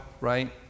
right